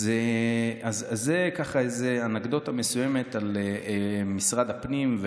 זו אנקדוטה מסוימת על משרד הפנים.